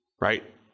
right